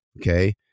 okay